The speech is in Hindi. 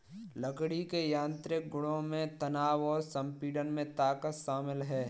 लकड़ी के यांत्रिक गुणों में तनाव और संपीड़न में ताकत शामिल है